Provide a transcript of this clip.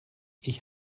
ich